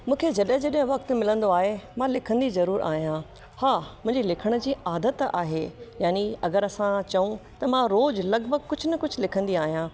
मूंखे जॾहिं जॾहिं वक़्ति मिलंदो आहे मां लिखंदी ज़रूरु आहियां हा मुंहिंजे लिखण जी आदत आहे यानि अगरि असां चऊं त मां रोज़ु लॻिभॻि कुझु न कुझु लिखंदी आहियां